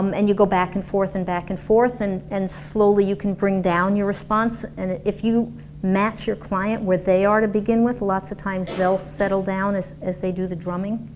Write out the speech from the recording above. um and you go back and forth and back and forth and and slowly you can bring down your response and if you match your client, where they are to begin with lots of times they will settle down as as they do the drumming